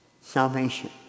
salvation